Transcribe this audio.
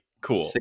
Cool